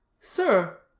sir,